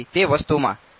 વિદ્યાર્થી તે વસ્તુ માં